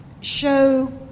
show